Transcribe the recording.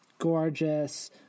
Gorgeous